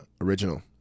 original